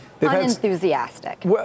Unenthusiastic